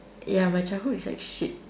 ya my childhood is like shit